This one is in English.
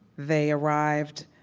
they arrived